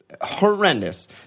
Horrendous